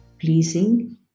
pleasing